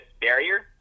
barrier